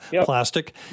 plastic